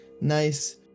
nice